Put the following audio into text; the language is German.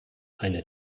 eine